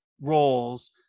roles